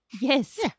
Yes